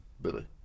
Billy